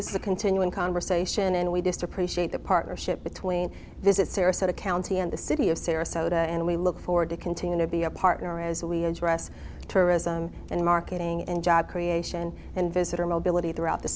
this is a continuing conversation and we just appreciate the partnership between visit sarasota county and the city of sarasota and we look forward to continue to be a partner as we address tourism and marketing and job creation and visitor mobility throughout the